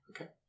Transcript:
Okay